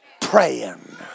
praying